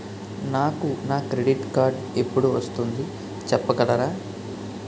నాకు నా credit card ఎపుడు వస్తుంది చెప్పగలరా?